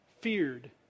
feared